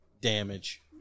damage